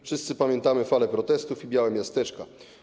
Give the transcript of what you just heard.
Wszyscy pamiętamy fale protestów i białe miasteczka.